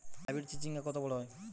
Hybrid চিচিংঙ্গা কত বড় হয়?